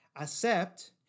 Accept